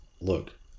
Look